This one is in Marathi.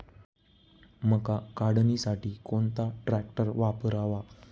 मका काढणीसाठी कोणता ट्रॅक्टर वापरावा?